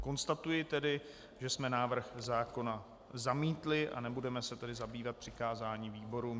Konstatuji tedy, že jsme návrh zákona zamítli, nebudeme se tedy zabývat přikázání výborům.